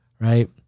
Right